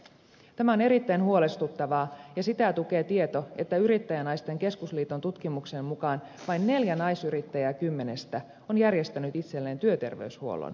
tämä on erittäin huolestuttavaa ja sitä tukee tieto että yrittäjänaisten keskusliiton tutkimuksen mukaan vain neljä naisyrittäjää kymmenestä on järjestänyt itselleen työterveyshuollon